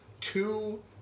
two